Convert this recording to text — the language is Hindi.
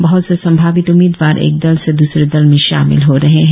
बहत से संभावित उम्मीदवार एक दल से द्रसरे दल में शामिल हो रहे है